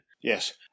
Yes